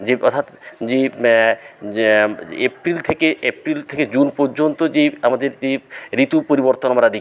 যে অর্থাৎ যে যে এপ্রিল থেকে এপ্রিল থেকে জুন পর্যন্ত যে আমাদের যে ঋতু পরিবর্তন আমরা দেখি